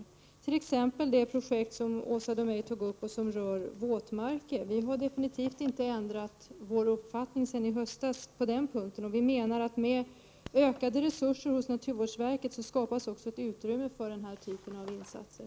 Det kan t.ex. gälla det projekt som Åsa Domeij tog upp och som rörde våtmarker. Vi har definitivt inte ändrat vår uppfattning sedan i höstas på den punkten. Med ökade resurser hos naturvårdsverket skapas också ett utrymme för den här typen av insatser.